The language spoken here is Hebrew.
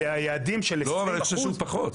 אלה יעדים של 20%. לא, אבל אני חושב שזה פחות.